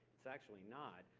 it's actually not.